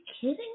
kidding